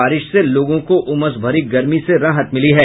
बारिश से लोगों को उमस भरी गर्मी से राहत मिली है